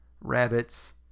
Rabbit's